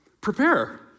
prepare